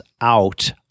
out